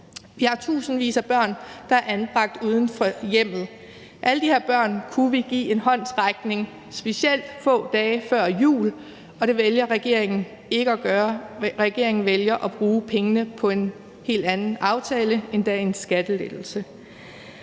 Vi har tusindvis af børn, der er anbragt uden for hjemmet. Alle de her børn kunne vi give en håndsrækning, specielt få dage før jul, og det vælger regeringen ikke at gøre. Regeringen vælger at bruge pengene på en helt anden aftale, endda en skattelettelse.